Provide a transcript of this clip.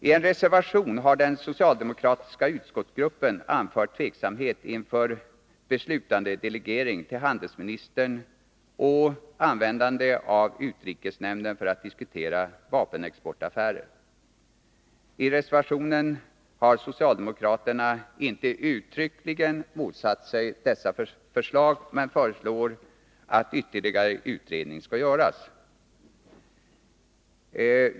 I en reservation har den socialdemokratiska utskottsgruppen anfört tveksamhet inför beslutandedelegering till handelsministern och användande av utrikesnämnden för rådgivning i vapenexportaffärer. I reservationen har socialdemokraterna inte uttryckligen motsatt sig dessa förslag, men föreslår att ytterligare utredning skall göras.